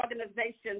organizations